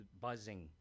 buzzing